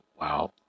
wow